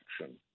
action